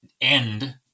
end